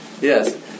Yes